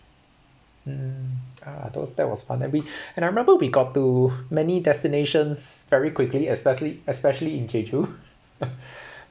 mm ah those that was finally and I remember we got to many destinations very quickly especially especially in jeju